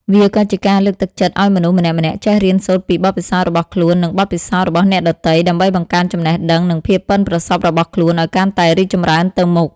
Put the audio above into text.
វាក៏ជាការលើកទឹកចិត្តឱ្យមនុស្សម្នាក់ៗចេះរៀនសូត្រពីបទពិសោធន៍របស់ខ្លួន និងបទពិសោធន៍របស់អ្នកដទៃ ដើម្បីបង្កើនចំណេះដឹង និងភាពប៉ិនប្រសប់របស់ខ្លួនឱ្យកាន់តែរីកចម្រើនទៅមុខ។